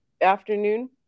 afternoon